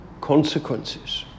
consequences